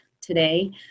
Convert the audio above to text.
today